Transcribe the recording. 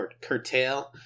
curtail